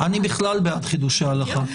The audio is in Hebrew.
אני בכלל בעד חידושי הלכה.